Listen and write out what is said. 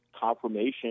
confirmation